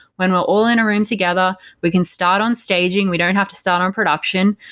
when we're all in a room together we can start on staging. we don't have to start on production.